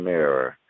Mirror